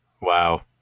Wow